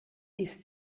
ist